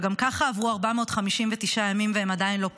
וגם ככה עברו 459 ימים והם עדיין לא פה,